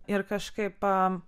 ir kažkaip